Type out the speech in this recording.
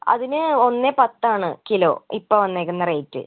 അതിന് ഒന്നേ പത്താണ് കിലോ ഇപ്പം വന്നേക്കുന്ന റേറ്റ്